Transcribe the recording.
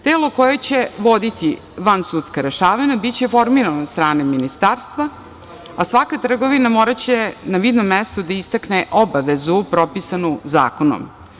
Telo koje će voditi vansudska rešavanja biće formiran od strane Ministarstva, a svaka trgovina moraće na vidnom mestu da istakne obavezu propisanu zakonom.